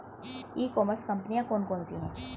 ई commerce कंपनियाँ कौन कौन सी हैं?